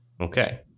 Okay